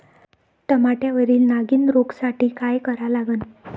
टमाट्यावरील नागीण रोगसाठी काय करा लागन?